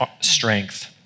strength